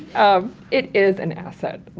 um it is an asset, but